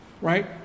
Right